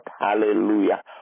Hallelujah